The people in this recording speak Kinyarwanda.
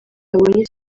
babonye